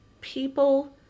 people